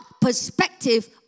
perspective